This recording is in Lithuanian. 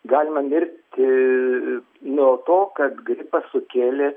galima mirti nuo to kad gripas sukėlė